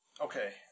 Okay